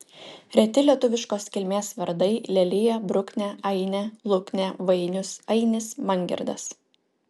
reti lietuviškos kilmės vardai lelija bruknė ainė luknė vainius ainis mangirdas